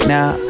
Now